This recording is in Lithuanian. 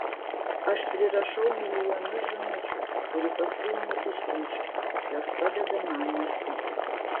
aš prirašau milijonus žinučių kurių paskui neišsiunčiu jos padeda man mąstyti